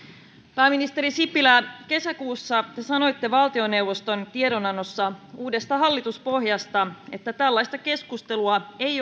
pääministeri sipilä kesäkuussa te sanoitte valtioneuvoston tiedonannossa uudesta hallituspohjasta että tällaista keskustelua ei